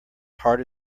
hard